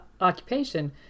occupation